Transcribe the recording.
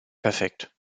perfekt